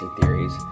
theories